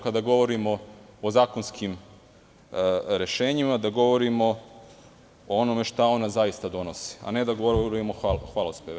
Kada govorimo o zakonskim rešenjima, treba da govorimo o onome šta ona zaista donose, a ne da govorimo hvalospeve.